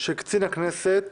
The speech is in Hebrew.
של קצין הכנסת